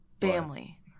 family